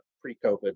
pre-COVID